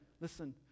listen